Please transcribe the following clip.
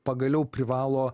pagaliau privalo